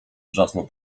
wrzasnął